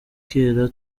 kera